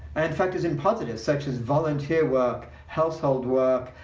and it factors in positives such as volunteer work, household work,